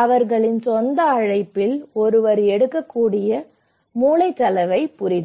அவர்களின் சொந்த அழைப்பில் ஒருவர் எடுக்கக்கூடிய மூளைச்சலவை புரிதல்